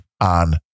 on